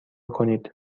کنید